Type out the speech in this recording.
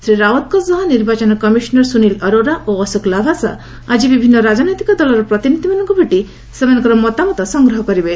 ଶ୍ରୀ ରାଓ୍ୱତଙ୍କ ସହ ନିର୍ବାଚନ କମିଶନର ସୁନୀଲ ଅରୋରା ଓ ଅଶୋକ ଲାଭାସା ଆଜି ବିଭିନ୍ନ ରାଜନୈତିକ ଦଳର ପ୍ରତିନିଧ୍ୟମାନଙ୍କୁ ଭେଟି ସେମାନଙ୍କର ମତାମତ ସଂଗ୍ରହ କରିବେ